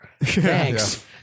Thanks